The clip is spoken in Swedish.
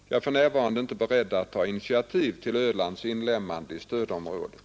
Jag är för närvarande inte beredd att ta initiativ till Ölands inlemmande i stödområdet.